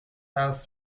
have